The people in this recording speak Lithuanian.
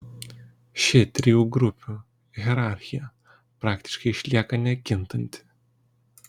ši trijų grupių hierarchija praktiškai išlieka nekintanti